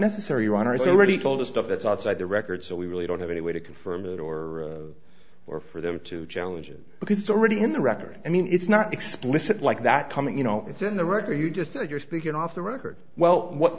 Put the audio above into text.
necessary your honour's already told us stuff that's outside the record so we really don't have any way to confirm it or or for them to challenge it because it's already in the record i mean it's not explicit like that coming you know it's in the record you just you're speaking off the record well what